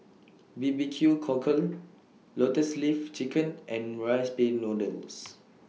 B B Q Cockle Lotus Leaf Chicken and Rice Pin Noodles